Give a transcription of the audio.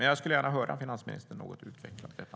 Jag skulle gärna höra finansministern något utveckla detta.